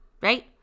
right